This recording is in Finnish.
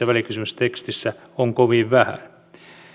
välikysymystekstissä on kovin vähän